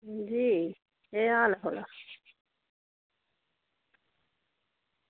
मिगी केह् हाल ऐ थुआढ़ा